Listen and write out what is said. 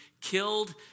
killed